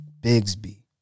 Bigsby